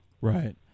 Right